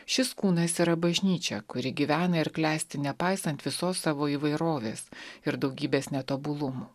šis kūnas yra bažnyčia kuri gyvena ir klesti nepaisant visos savo įvairovės ir daugybės netobulumų